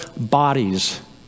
bodies